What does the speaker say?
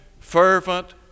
Fervent